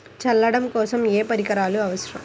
చల్లడం కోసం ఏ పరికరాలు అవసరం?